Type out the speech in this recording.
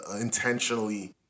intentionally